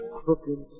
crooked